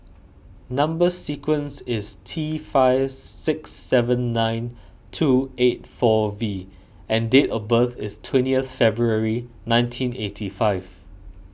Number Sequence is T five six seven nine two eight four V and date of birth is twentieth February nineteen eighty five